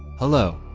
hello,